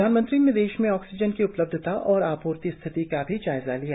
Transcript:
प्रधानमंत्री ने देश में ऑक्सीजन की उपलब्धता और आपूर्ति स्थिति का भी जायजा लिया